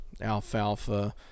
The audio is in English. alfalfa